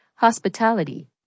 hospitality